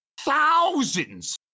thousands